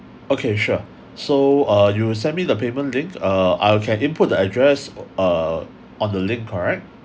okay sure so uh you send me the payment link uh I can input the address uh on the link correct